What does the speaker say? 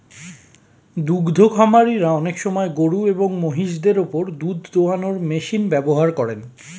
দুদ্ধ খামারিরা অনেক সময় গরুএবং মহিষদের ওপর দুধ দোহানোর মেশিন ব্যবহার করেন